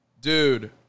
Dude